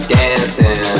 dancing